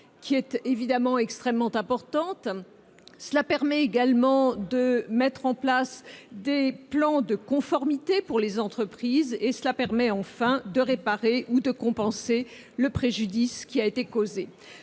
qui est extrêmement important. Elle permet également de mettre en place des plans de conformité pour les entreprises. Enfin, elle permet de réparer ou de compenser le préjudice causé.